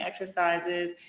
exercises